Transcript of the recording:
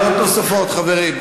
דעות נוספות, חברים.